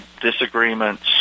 disagreements